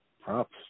props